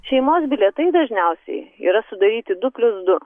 šeimos bilietai dažniausiai yra sudaryti du plius du